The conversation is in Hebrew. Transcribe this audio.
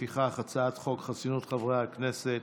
לפיכך הצעת חוק חסינות חברי הכנסת,